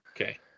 Okay